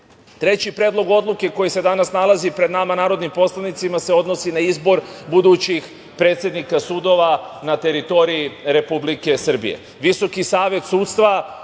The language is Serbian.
predlog odluke koji se danas nalazi pred nama narodnim poslanicima se odnosi na izbor budućih predsednika sudova na teritoriji Republike Srbije. Visoki